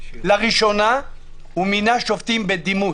לראשונה הוא מינה שופטים בדימוס,